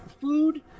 food